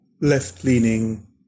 left-leaning